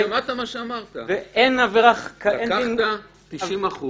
לקחת 90%